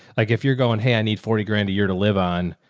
like if you're going, hey, i need forty grand a year to live on.